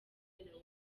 castro